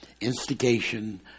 instigation